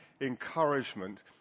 encouragement